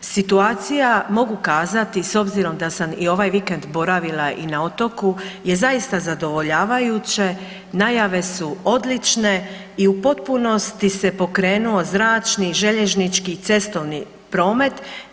Situacija, mogu kazati s obzirom da sam i ovaj vikend boravila i na otoku, je zaista zadovoljavajuće, najave su odlične i u potpunosti se pokrenuo zračni, željeznički i cestovni promet.